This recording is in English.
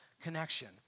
connection